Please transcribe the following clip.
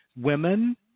women